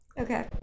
Okay